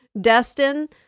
Destin